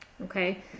Okay